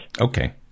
Okay